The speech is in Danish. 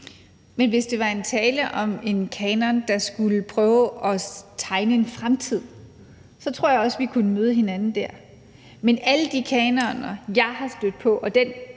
Hvis der var tale om en kanon, der skulle prøve at tegne en fremtid, så tror jeg også, at vi kunne møde hinanden der. Men alle de kanoner, jeg er stødt på, og det